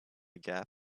gap